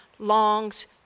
longs